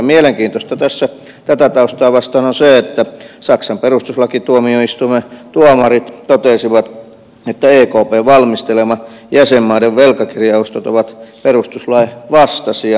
mielenkiintoista tässä tätä taustaa vasten on se että saksan perustuslakituomioistuimen tuomarit totesivat että ekpn valmistelemat jäsenmaiden velkakirjaostot ovat perustuslain vastaisia